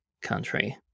country